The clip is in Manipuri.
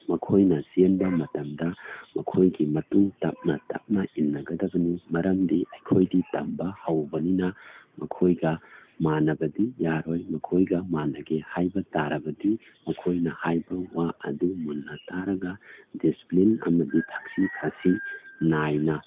ꯃꯈꯣꯏꯅ ꯆꯦꯟꯕ ꯃꯇꯝꯗ ꯃꯈꯣꯏꯒꯤ ꯃꯇꯨꯡ ꯇꯞꯅ ꯇꯞꯅ ꯏꯟꯅꯒꯗꯕꯅꯤ ꯃꯔꯝꯗꯤ ꯑꯩꯈꯣꯏꯗꯤ ꯇꯝꯕ ꯍꯧꯕꯅꯤꯅ ꯃꯈꯣꯏꯒ ꯃꯥꯟꯅꯕꯗꯤ ꯌꯥꯔꯣꯏ ꯃꯈꯣꯏꯒ ꯃꯥꯟꯅꯒꯦ ꯍꯥꯏꯕ ꯇꯥꯔꯕꯗꯤ ꯃꯈꯣꯏꯅ ꯍꯥꯏꯕ ꯋꯥ ꯑꯗꯨ ꯃꯨꯟꯅ ꯇꯥꯔꯒ ꯗꯤꯁꯄ꯭ꯂꯤꯟ ꯑꯃꯗꯤ ꯊꯛꯁꯤ ꯈꯥꯁꯤ ꯅꯥꯏꯅ